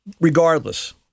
regardless